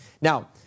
Now